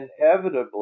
inevitably